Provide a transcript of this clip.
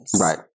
Right